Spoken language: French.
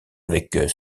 avec